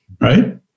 right